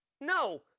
No